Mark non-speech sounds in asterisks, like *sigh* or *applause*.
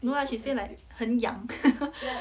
no lah she say like 很痒 *laughs*